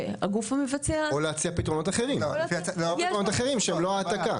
או להציע פתרונות אחרים שהם לא העתקה.